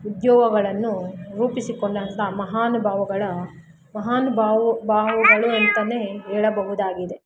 ಉದ್ಯೋಗಗಳನ್ನು ರೂಪಿಸಿಕೊಂಡಂಥ ಮಹಾನುಭಾವಗಳ ಮಹಾನ್ ಬಾವು ಬಾವುಗಳು ಅಂತ ಹೇಳಬಹುದಾಗಿದೆ